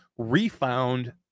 Refound